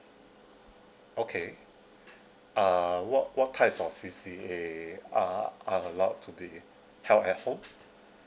okay uh what what kinds of C_C_A are are allowed to be held at home